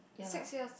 six years